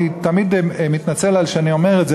אני תמיד מתנצל על שאני אומר את זה,